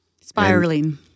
spiraling